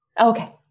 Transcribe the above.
Okay